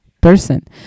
person